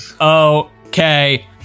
okay